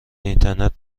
اینترنت